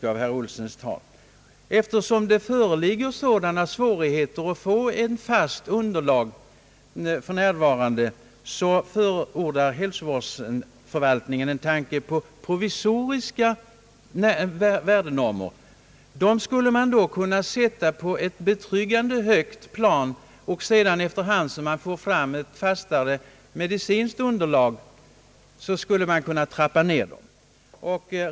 Med hänsyn till dessa svårigheter förordar hälsovårdsförvaltningen tanken att skapa provisoriska normer eller riktvärden. De skulle då kunna sättas betryggande högt, och efter hand som man får ett fastare medicinskt underlag skulle värdena kunna trappas ned.